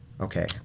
okay